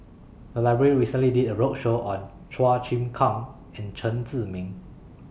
The Library recently did A roadshow on Chua Chim Kang and Chen Zhiming